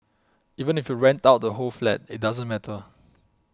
even if you rent out the whole flat it doesn't matter